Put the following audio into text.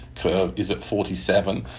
is at forty seven.